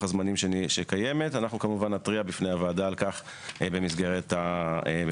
הזמנים שקיימת אנחנו כמובן נתריע בפני הוועדה על כך במסגרת הדיון.